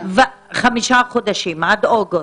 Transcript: עד אוגוסט.